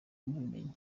mubimenya